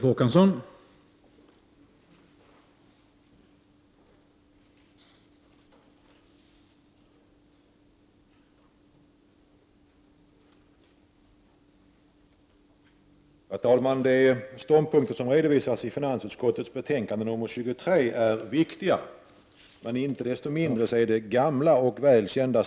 Herr talman! De ståndpunkter som redovisas i finansutskottets betänkande nr 23 är viktiga, men inte desto mindre är de gamla och väl kända.